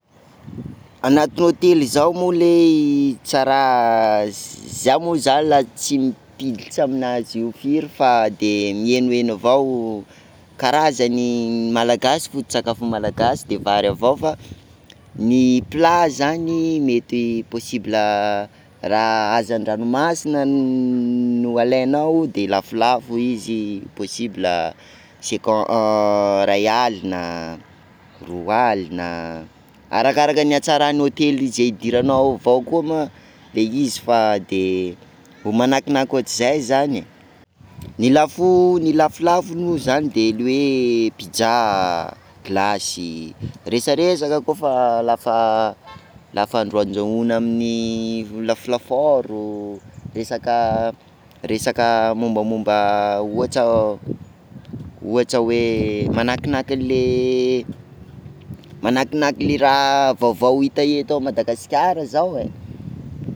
Agnatin'ny hôtely zao moa lehy, tsa raha zah moa zany laha tsy mpilitra amin'azy io firy, fa de mienoeno avao, karazany malagasy foto-tsakafon'ny malagasy de vary avao, fa ny plat zany mety possible raha hazan-dranomasina no alainao de lafolafo izy, possible a cinquan- ray alina roa alina, arakarakin'ny hatsaran'ny hôtely izay hidiranao avao koa ma le izy de manahinahiky otrazay zany e ny lafo ny lafolafo moa zany de ny hoe pizza, glasy rehetra rehetra zany koa fa la fa la fa andrahondrahona amin'ny lafolafaoro, resaka resaka mombamomba ohatra ohatra hoe manahinahiky manahikinahiky le raha vaovao hita eto Madagasikara.